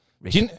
rich